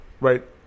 Right